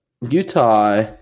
Utah